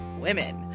women